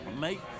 make